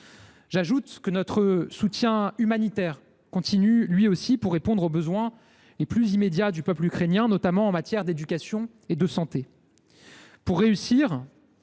J’ajoute que notre soutien humanitaire continue lui aussi, pour répondre aux besoins les plus immédiats du peuple ukrainien, notamment en matière d’éducation et de santé.